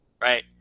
right